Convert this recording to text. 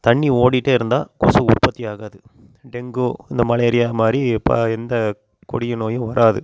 தண்ணி ஓடிகிட்டே இருந்தால் கொசு உற்பத்தி ஆகாது டெங்கு இந்த மலேரியா மாதிரி இப்போ எந்த கொடியை நோயும் வராது